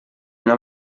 una